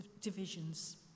divisions